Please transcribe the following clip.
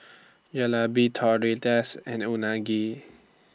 Jalebi Tortillas and Unagi